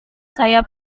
saya